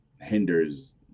hinders